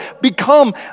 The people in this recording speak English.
become